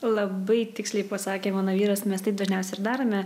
labai tiksliai pasakė mano vyras mes taip dažniausiai ir darome